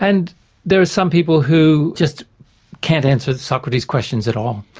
and there are some people who just can't answer socrates's questions at all.